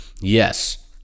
yes